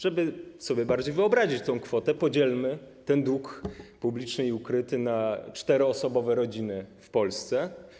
Żeby bardziej wyobrazić sobie tę kwotę, podzielmy ten dług publiczny i ukryty na 4-osobowe rodziny w Polsce.